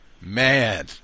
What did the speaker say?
man